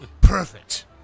Perfect